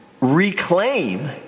Reclaim